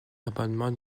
l’amendement